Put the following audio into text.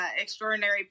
extraordinary